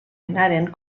anaren